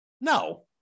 No